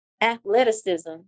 athleticism